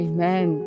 Amen